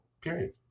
Period